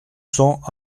cents